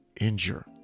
injure